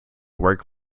work